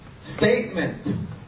statement